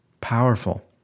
Powerful